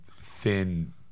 thin